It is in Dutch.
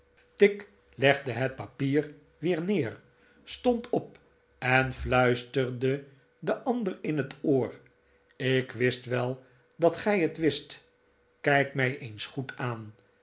tigg hiertigg legde het papier weer neer stond op en fluisterde den ander in het oor ik wist wel dat gij het wist kijk mij eens goed aan